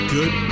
Good